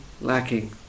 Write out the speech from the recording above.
lacking